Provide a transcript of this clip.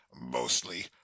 mostly